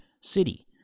city